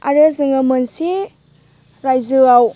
आरो जोङो मोनसे रायजोआव